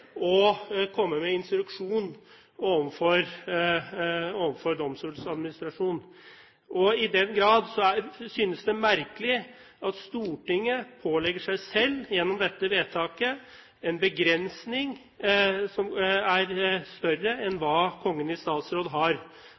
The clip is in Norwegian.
komme med instruksjon overfor Domstoladministrasjonen. Da synes det merkelig at Stortinget gjennom dette vedtaket pålegger seg selv en begrensning som er større enn hva Kongen i statsråd har.